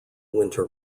winter